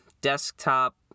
desktop